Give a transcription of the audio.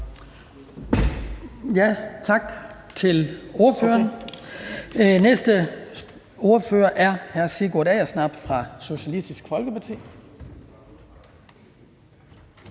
Tak til ordføreren. Næste ordfører er hr. Sigurd Agersnap fra Socialistisk Folkeparti.